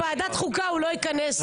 לוועדת חוקה הוא לא ייכנס.